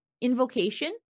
invocation